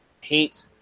hate